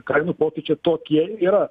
kainų pokyčiai tokie yra